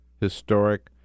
historic